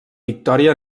victòria